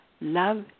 Love